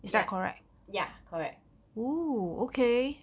ya ya correct